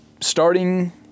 starting